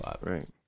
Right